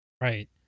Right